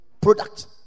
product